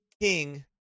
king